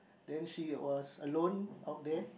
then she was alone out there